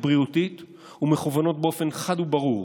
בריאותית ומכוונות באופן חד וברור